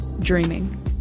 dreaming